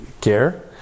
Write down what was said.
Care